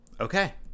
Okay